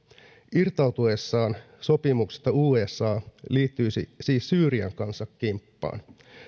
irtautuessaan sopimuksesta usa liittyisi siis syyrian kanssa kimppaan